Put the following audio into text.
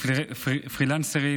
פרילנסרים,